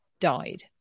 died